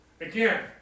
Again